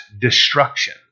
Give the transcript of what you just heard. destruction